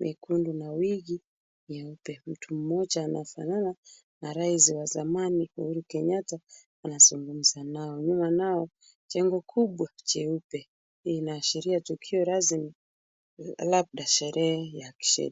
mekundu na wigi nyeupe. Mtu mmoja anafanana na rais wa zamani Uhuru Kenyatta anazungumza nao. Nyuma nao jengo kubwa jeupe, linaashiria tukio rasmi labda sherehe ya kisheria.